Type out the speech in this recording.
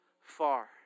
far